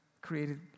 created